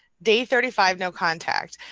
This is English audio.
day thirty five, no contact.